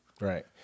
Right